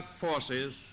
forces